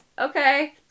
okay